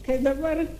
kai dabar